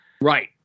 Right